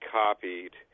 copied